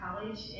College